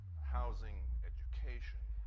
housing, education,